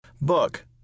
Book